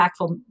impactful